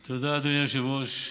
תודה, אדוני היושב-ראש.